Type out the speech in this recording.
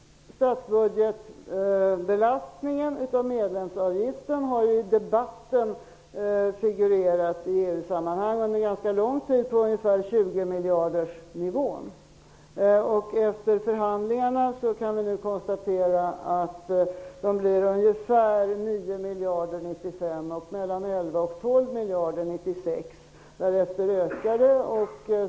Medlemsavgiftens belastning på budgeten har i debatten figurerat i EU-sammanhang under ganska lång tid. Avgiften har legat på 20-miljardersnivån. Efter förhandlingarna kan vi nu konstatera att den för 1995 blir ungefär 9 miljarder och för 1996 mellan 11 och 12 miljarder. Därefter ökar den.